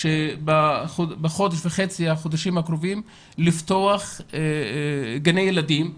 בחודשים הקרובים לפתוח גני ילדים מאולתרים.